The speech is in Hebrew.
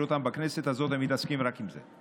אותם בכנסת הזאת הם מתעסקים רק עם זה.